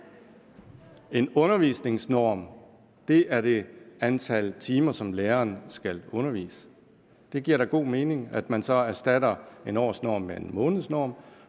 En undervisningsnorm er det antal timer, som læreren skal undervise i. Det giver da god mening, at man så erstatter en årsnorm med en månedsnorm,